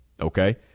Okay